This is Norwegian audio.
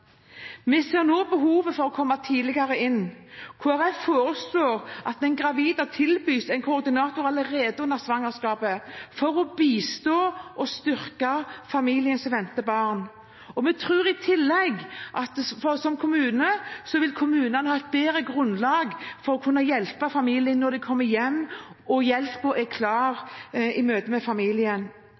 Vi ser nå behovet for å komme tidligere inn. Kristelig Folkeparti foreslår at den gravide tilbys en koordinator allerede under svangerskapet for å bistå og styrke familien som venter barn. Vi tror at kommunene da vil ha et bedre grunnlag for å kunne hjelpe familien når den kommer hjem, slik at hjelpen står klar i møte med familien.